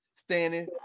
Standing